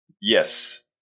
Yes